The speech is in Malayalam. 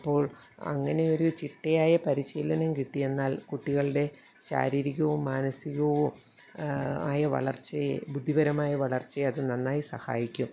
അപ്പോൾ അങ്ങനെയൊരു ചിട്ടയായ പരിശീലനം കിട്ടിയെന്നാൽ കുട്ടികളുടെ ശാരീരികവും മാനസികവും ആയ വളർച്ചയെ ബുദ്ധിപരമായ വളർച്ചയെ അത് നന്നായി സഹായിക്കും